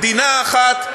מדינה אחת,